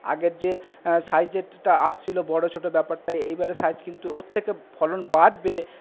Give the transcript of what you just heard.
আগের যে সাইজেরটা আসছিলো বড়ো ছোটো ব্যাপারটাই এইবারে সাইজ কিন্তু ওর থেকে ফলন বাড়বে